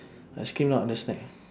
ice cream not under snack